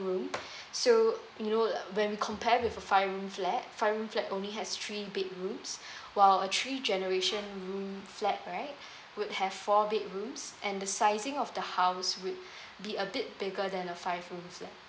room so you know l~ when compared with a five room flat five room flat only has three bedrooms while a three generation room flat right would have four bedrooms and the sizing of the house would be a bit bigger than a five room flat